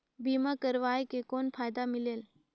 बीमा करवाय के कौन फाइदा मिलेल?